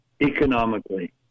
economically